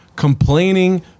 complaining